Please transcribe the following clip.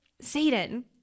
Satan